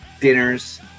dinners